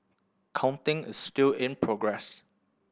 counting is still in progress